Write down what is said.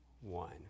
one